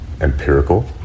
empirical